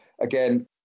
again